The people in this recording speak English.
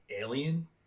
Alien